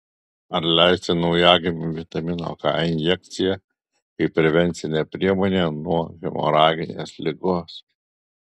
ar leisti naujagimiui vitamino k injekciją kaip prevencinę priemonę nuo hemoraginės ligos